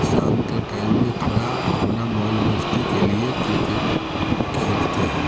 शाम के टाइम में थोड़ा अपना मौज मस्ती के लिए क्रिकेट खेलते हैं